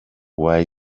why